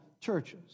churches